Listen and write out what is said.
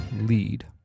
Lead